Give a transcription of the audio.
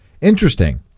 interesting